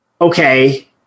okay